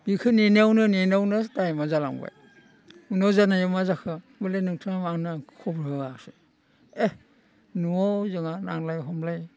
बिखौ नेनायावनो नेनायावनो टाइमआ जालांबाय उनाव जानाया मा जाखो होनबालाय नोंथांआ मानो आंखौ खबर होआसै एह न'आव जोंहा नांलाय खमलाय